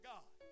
God